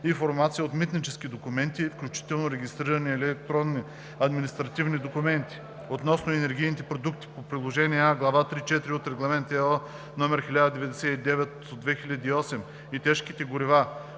информация от митнически документи, включително регистрирани електронни административни документи, относно енергийните продукти по приложение А, глава 3.4 от Регламент (ЕО) № 1099/2008 и тежките горива,